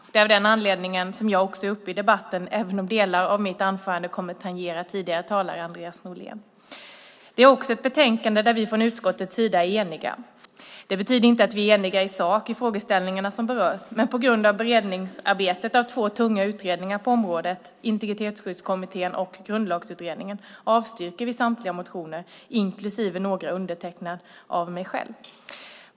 Det är av den anledningen jag också är uppe i debatten, även om delar av mitt anförande kommer att tangera tidigare talare, Andreas Norlén. Detta är också ett betänkande där vi från utskottets sida är eniga. Det betyder inte att vi är eniga i sak i frågeställningarna som berörs, men på grund av beredningsarbetet av två tunga utredningar på området, Integritetsskyddskommittén och Grundlagsutredningen, avstyrker vi samtliga motioner, inklusive några undertecknade av mig själv.